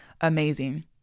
amazing